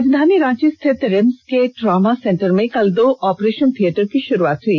राजधानी रांची स्थित रिम्स के ट्रॉमा सेंटर में कल दो ऑपरेशन थिएटर की शुरूआत हुई